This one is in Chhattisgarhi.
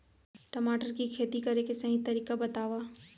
टमाटर की खेती करे के सही तरीका बतावा?